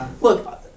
Look